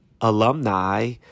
alumni